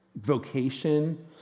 vocation